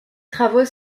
travaux